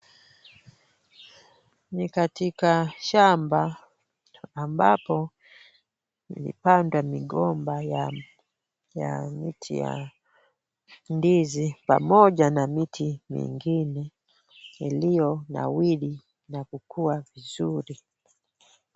Ni katika shamba ambapo wamepanda migomba ya miti ya ndizi, pamoja na miti mingine iliyonawiri na kukua vizuri.